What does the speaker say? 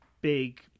big